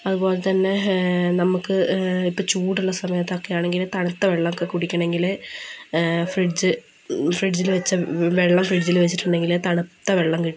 അതുപോലെ തന്നെ നമുക്ക് ഇപ്പോൾ ചൂടുള്ള സമയത്തൊക്കെ ആണെങ്കിൽ തണുത്ത വെള്ളമൊക്കെ കുടിക്കണമെങ്കിൽ ഫ്രിഡ്ജ് ഫ്രിഡ്ജിൽ വച്ച വെള്ളം ഫ്രിഡ്ജിൽ വച്ചിട്ടുണ്ടെങ്കിൽ തണുത്ത വെള്ളം കിട്ടും